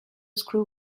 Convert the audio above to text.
screw